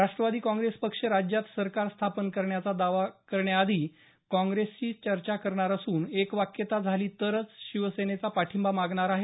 राष्ट्रवादी काँग्रेस पक्ष राज्यात सरकार स्थापन करण्याचा दावा करण्याआधी काँग्रेसशी चर्चा करणार असून एकवाक्यता झाली तरच शिवसेनेचा पाठिंबा मागणार आहे